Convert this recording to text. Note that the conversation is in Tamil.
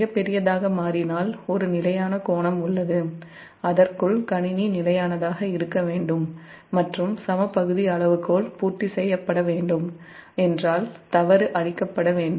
மிகப் பெரியதாக மாறினால் ஒரு நிலையான கோணம் உள்ளது அதற்குள் கணினி நிலையானதாக இருக்க வேண்டும் மற்றும் சம பகுதி அளவுகோல் பூர்த்தி செய்யப்பட வேண்டும் என்றால் தவறு அழிக்கப்பட வேண்டும்